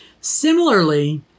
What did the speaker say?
Similarly